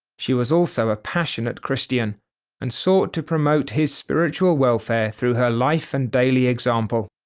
she was also a passionate christian and sought to promote his spiritual welfare through her life and daily example.